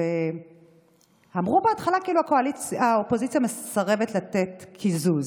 אמרו בהתחלה כאילו האופוזיציה מסרבת לתת קיזוז,